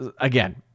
again